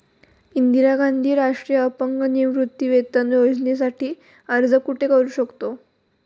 इंदिरा गांधी राष्ट्रीय अपंग निवृत्तीवेतन योजनेसाठी अर्ज करू शकतो का?